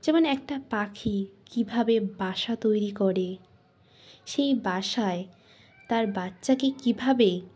যেমন একটা পাখি কীভাবে বাসা তৈরি করে সেই বাসায় তার বাচ্চাকে কীভাবে